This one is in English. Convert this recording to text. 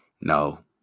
No